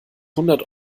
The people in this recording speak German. hundert